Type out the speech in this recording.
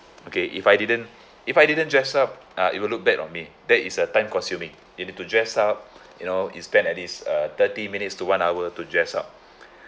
okay if I didn't if I didn't dress up uh it will look bad on me that is uh time consuming you need to dress up you know you spend at least uh thirty minutes to one hour to dress up